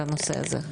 לנושא הזה.